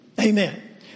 Amen